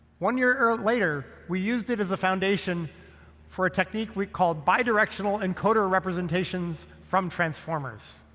one year later, we used it as the foundation for a technique we called bi-directional encoder representations from transformers.